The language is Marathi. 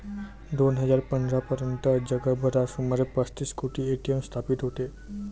दोन हजार पंधरा पर्यंत जगभरात सुमारे पस्तीस कोटी ए.टी.एम स्थापित होते